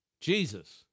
Jesus